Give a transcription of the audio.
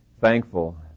thankful